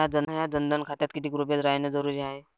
माह्या जनधन खात्यात कितीक रूपे रायने जरुरी हाय?